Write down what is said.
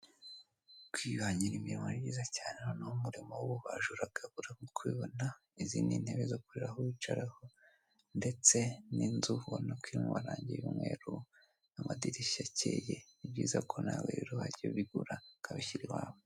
Kwihangira imirimo ni byiza cyane noneho umurimo w'ububaji uragabura nk'uko ubibona, izi ni intebe zo kuriraho bicaraho ndetse n'inzu ubona ko irimo amarange y'umweru amadirishya akeye ni byiza ko nawe wajya ubigura ukabishyira iwawe.